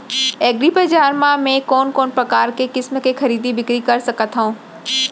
एग्रीबजार मा मैं कोन कोन परकार के समान के खरीदी बिक्री कर सकत हव?